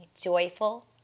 joyful